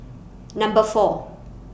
Number four